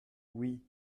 oui